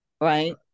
right